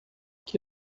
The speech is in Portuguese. que